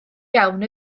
iawn